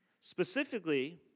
Specifically